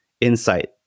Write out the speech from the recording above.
insight